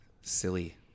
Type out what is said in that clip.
Silly